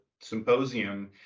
symposium